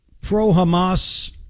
pro-Hamas